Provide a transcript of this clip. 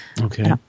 Okay